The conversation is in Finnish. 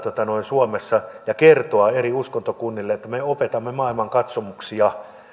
suomessa tätä ajatusta ja kertoa eri uskontokunnille että me opetamme maailmankatsomuksia